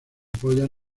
apoyan